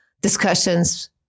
discussions